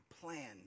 plan